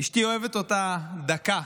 אשתי אוהבת אותה דקה,